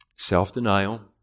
Self-denial